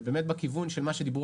ובאמת בכיוון של לייצר